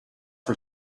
for